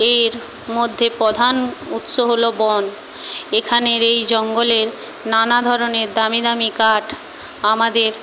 এর মধ্যে প্রধান উৎস হল বন এখানের এই জঙ্গলে নানা ধরনের দামি দামি কাঠ আমাদের